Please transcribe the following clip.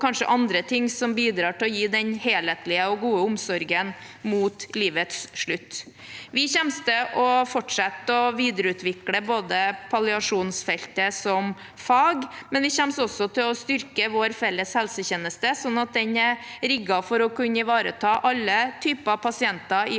og kanskje andre ting som bidrar til å gi den helhetlige og gode omsorgen mot livets slutt. Vi kommer til å fortsette å videreutvikle palliasjonsfeltet som fag, men vi kommer også til å styrke vår felles helsetjeneste sånn at den er rigget for å kunne ivareta alle typer pasienter i